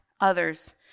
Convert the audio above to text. others